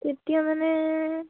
এতিয়া মানে